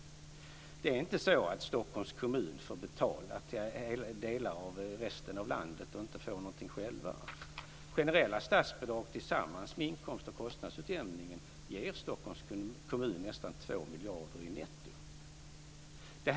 Det är inte så att Stockholms kommun får betala till resten av landet och inte får någonting själv. Generella statsbidrag, tillsammans med inkomst och kostnadsutjämningen, ger Stockholms kommun nästan 2 miljarder kronor netto.